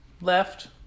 left